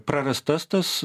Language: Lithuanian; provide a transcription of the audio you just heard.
prarastas tas